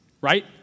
right